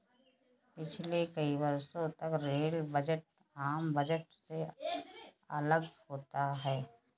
पिछले कई वर्षों तक रेल बजट आम बजट से अलग होता था